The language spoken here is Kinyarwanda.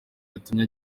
yatumye